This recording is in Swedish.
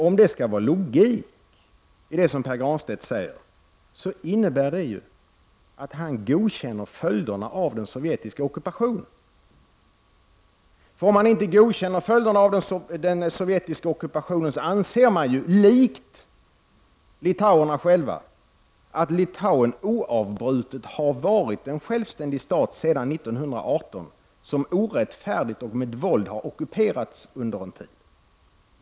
Om det skall vara logik i det som Pär Granstedt säger, innebär det ju att han godkänner följderna av den sovjetiska ockupationen. För om man inte godkänner följderna av den sovjetiska ockupationen, anser man ju likt litauerna själva att Litauen oavbrutet sedan 1918 har varit en självständig stat, som orättfärdigt och med våld har ockuperats under en tid.